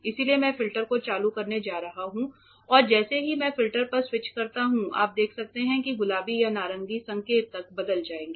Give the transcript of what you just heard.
इसलिए मैं फिल्टर को चालू करने जा रहा हूं और जैसे ही मैं फिल्टर पर स्विच करता हूं आप देख सकते हैं कि गुलाबी या नारंगी संकेतक बदल जाएगा